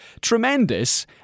tremendous